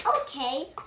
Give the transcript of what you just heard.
okay